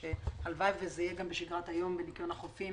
הלוואי וזה יהיה גם בשגרת היום בניקיון החופים